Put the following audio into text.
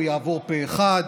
הוא יעבור פה אחד.